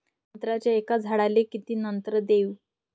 संत्र्याच्या एका झाडाले किती नत्र देऊ?